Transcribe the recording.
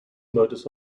modus